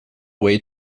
way